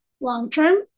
long-term